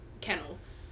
kennels